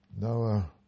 Noah